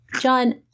John